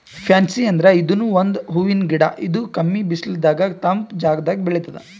fancy ಅಂದ್ರ ಇದೂನು ಒಂದ್ ಹೂವಿನ್ ಗಿಡ ಇದು ಕಮ್ಮಿ ಬಿಸಲದಾಗ್ ತಂಪ್ ಜಾಗದಾಗ್ ಬೆಳಿತದ್